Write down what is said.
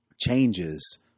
changes